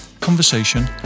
conversation